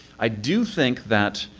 i do think that.